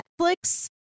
Netflix